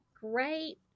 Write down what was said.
great